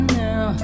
now